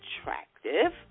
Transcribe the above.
attractive